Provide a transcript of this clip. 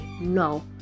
no